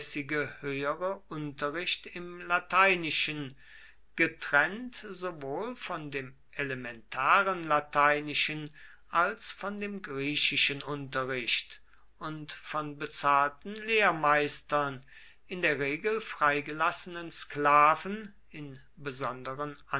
höhere unterricht im lateinischen getrennt sowohl von dem elementaren lateinischen als von dem griechischen unterricht und von bezahlten lehrmeistern in der regel freigelassenen sklaven in besonderen